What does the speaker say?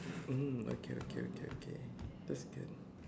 mm okay okay okay okay that's good